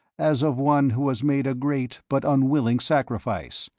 as of one who has made a great but unwilling sacrifice,